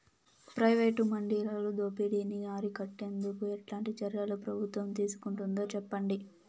Private మండీలలో దోపిడీ ని అరికట్టేందుకు ఎట్లాంటి చర్యలు ప్రభుత్వం తీసుకుంటుందో చెప్పండి?